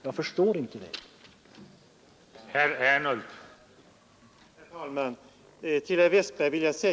Jag förstår inte varför det skulle göra det.